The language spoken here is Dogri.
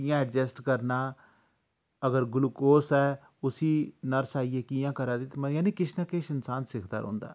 कि'यां एडजस्ट करना अगर ग्लूकोस ऐ उसी नर्स आइयै कि'यां करा दी जानी किश ना किश इंसान सिखदा रौह्ंदा